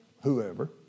whoever